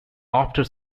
after